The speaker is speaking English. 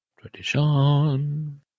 Tradition